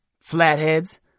flatheads